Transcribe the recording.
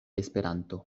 esperanto